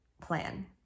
plan